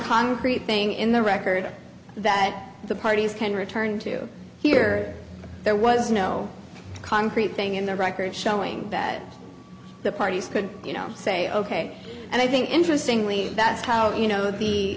concrete thing in the record that the parties can return to here there was no concrete thing in the record showing bad the parties could you know say ok and i think interesting leave that's how you know the